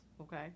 Okay